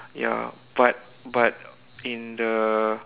ya but but in the